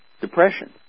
depression